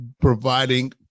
providing